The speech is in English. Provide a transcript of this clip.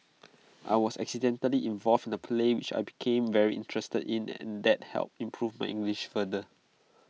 I was accidentally involved in A play which I became very interested in and that helped improve my English further